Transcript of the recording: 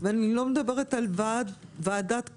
אני לא מדברת על ועדת קהאן.